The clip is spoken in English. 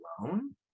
alone